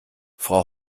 frau